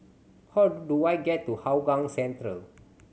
how do I get to Hougang Central